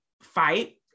fight